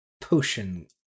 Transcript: potion